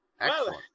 Excellent